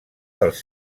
dels